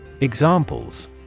Examples